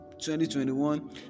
2021